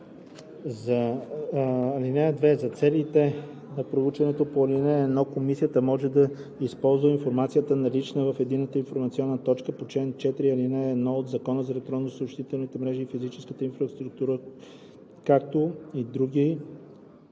години. (2) За целите на проучването по ал. 1 Комисията може да използва информацията, налична в Единната информационна точка по чл. 4, ал. 1 от Закона за електронните съобщителни мрежи и физическа инфраструктура, както и друга